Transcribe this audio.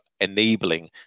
enabling